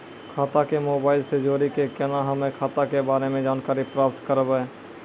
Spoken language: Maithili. खाता के मोबाइल से जोड़ी के केना हम्मय खाता के बारे मे जानकारी प्राप्त करबे?